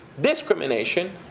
discrimination